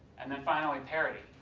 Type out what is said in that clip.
and then finally, parody.